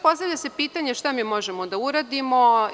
Postavlja se pitanje šta mi možemo da uradimo?